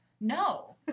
No